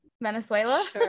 Venezuela